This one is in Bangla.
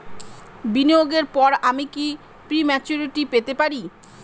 বিনিয়োগের পর আমি কি প্রিম্যচুরিটি পেতে পারি?